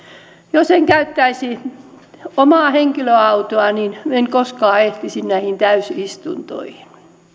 jos en käyttäisi omaa henkilöautoa en koskaan ehtisi näihin täysistuntoihin